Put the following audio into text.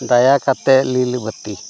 ᱫᱟᱭᱟ ᱠᱟᱛᱮ ᱞᱤᱞ ᱵᱟᱹᱛᱤ